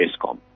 ESCOM